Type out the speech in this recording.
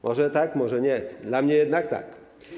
Może tak, może nie, dla mnie jednak tak.